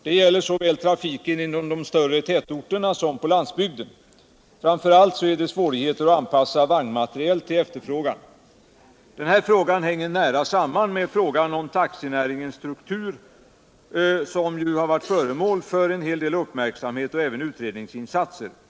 Det gäller såväl trafiken inom de större tätorterna som på landsbygden. Framför allt är det svårigheter att anpassa vagnmateriel till efterfrågan. Den här frågan hänger nära samman med frågan om taxinäringens struktur, som har varit föremål för en hel del uppmärksamhet och även utredningsinsatser.